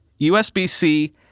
USB-C